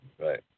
Right